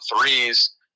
threes